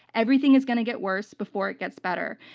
everything is going to get worse before it gets better.